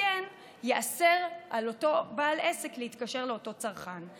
כן, ייאסר על אותו בעל עסק להתקשר לאותו צרכן.